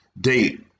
date